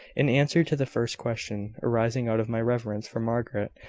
in answer to the first question, arising out of my reverence for margaret,